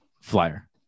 flyer